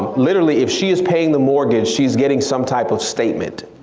literally if she is paying the mortgage, she's getting some type of statement.